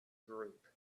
group